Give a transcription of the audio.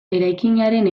eraikinaren